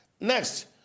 Next